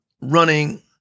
running